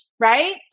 Right